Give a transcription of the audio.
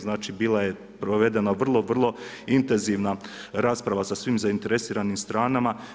Znači, bila je provedena vrlo intenzivna rasprava sa svim zainteresiranim stranama.